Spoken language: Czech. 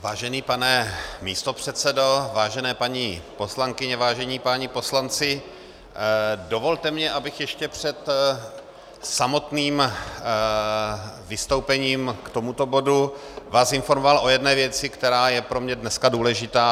Vážený pane místopředsedo, vážené paní poslankyně, vážení páni poslanci, dovolte mi, abych vás ještě před samotným vystoupením k tomuto bodu informoval o jedné věci, která je pro mě dneska důležitá.